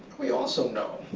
we also know,